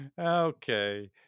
Okay